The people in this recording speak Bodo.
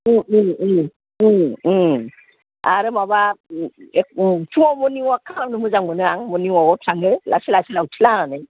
आरो माबा एक' फुङाव मर्निं अवाक खालामनो मोजां मोनो आं मर्निं अवाक आव थाङो लासै लासै लावथि लानानै